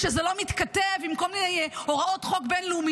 שזה לא מתכתב עם כל מיני הוראות חוק בין-לאומיות.